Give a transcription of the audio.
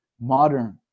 modern